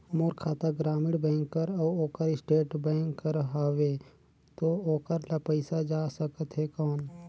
मोर खाता ग्रामीण बैंक कर अउ ओकर स्टेट बैंक कर हावेय तो ओकर ला पइसा जा सकत हे कौन?